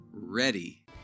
ready